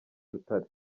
rutare